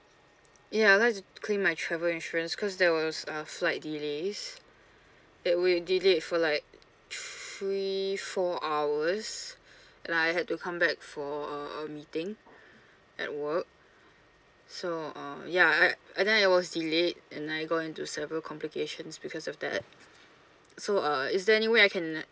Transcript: ya I'd like claim my travel insurance cause there was a flight delays and we delayed for like three four hours and I had to come back for a a meeting at work so uh ya I then I was delayed and I got into several complications because of that so uh is there any way I can